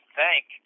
thank